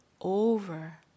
over